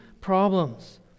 problems